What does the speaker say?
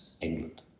England